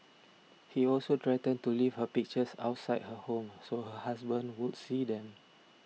he also threatened to leave her pictures outside her home so her husband would see them